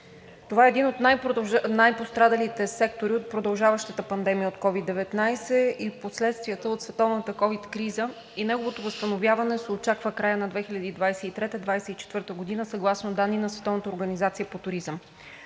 Това е един от най-пострадалите сектори от продължаващата пандемия от COVID-19 и последствията от световната ковид криза и неговото възстановяване се очаква в края на 2023 – 2024 г. съгласно данни на